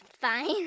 Fine